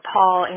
Paul